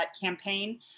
campaign